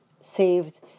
saved